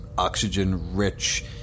Oxygen-rich